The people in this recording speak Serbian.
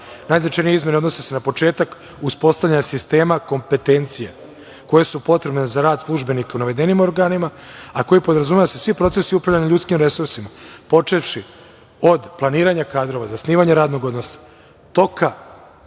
Najznačajnije izmene se odnose na početak uspostavljanja sistema kompetencija koje su potrebne za rad službenika u navedenim organima, a koje podrazumevaju da se svi procesi upravljanja ljudskim resursima, počevši od planiranja kadrova, zasnivanja radnog odnosa, toka